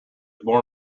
born